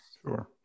Sure